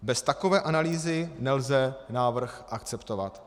Bez takové analýzy nelze návrh akceptovat.